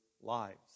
lives